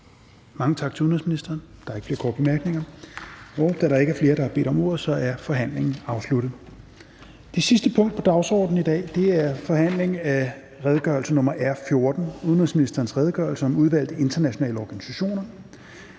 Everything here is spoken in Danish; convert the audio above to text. Mange tak til udenrigsministeren. Der er ikke flere korte bemærkninger. Da der ikke er flere, der har bedt om ordet, er forhandlingen afsluttet. --- Det sidste punkt på dagsordenen er: 25) Forhandling om redegørelse nr. R 14: Udenrigsministerens redegørelse om udvalgte internationale organisationer